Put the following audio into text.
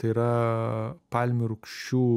tai yra palmių rūgščių